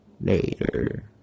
later